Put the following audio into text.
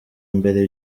mbere